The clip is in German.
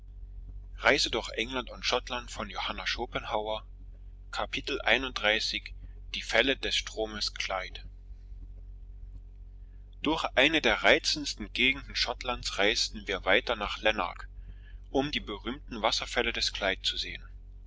die fälle des stromes clyde durch eine der reizendsten gegenden schottlands reisten wir weiter nach lanark um die berühmten wasserfälle des clyde zu sehen